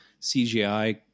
CGI